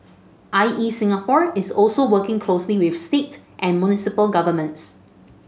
I E Singapore is also working closely with state and municipal governments